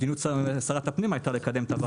מדיניות שרת הפנים הייתה לקדם את הוועדה.